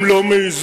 הם לא מעזים.